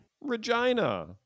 Regina